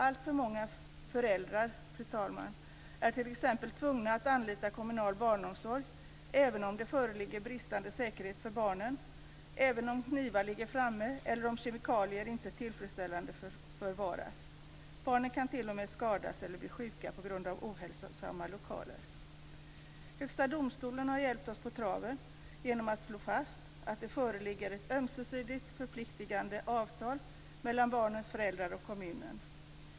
Alltför många föräldrar, fru talman, är t.ex. tvungna att anlita kommunal barnomsorg, även om det föreligger bristande säkerhet för barnen, även om knivar ligger framme eller om kemikalier inte förvaras tillfredsställande. Barnen kan till och med skadas eller bli sjuka på grund av ohälsosamma lokaler. Högsta domstolen har hjälpt oss på traven genom att slå fast att det föreligger ett ömsesidigt förpliktande avtal mellan barnens föräldrar och kommunen.